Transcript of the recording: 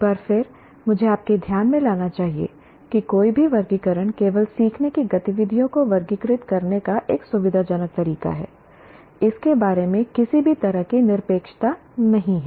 एक बार फिर मुझे आपके ध्यान में लाना चाहिए कि कोई भी वर्गीकरण केवल सीखने की गतिविधियों को वर्गीकृत करने का एक सुविधाजनक तरीका है इसके बारे में किसी भी तरह की निरपेक्षता नहीं है